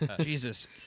Jesus